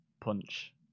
punch